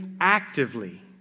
actively